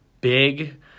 big